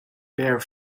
bare